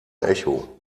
echo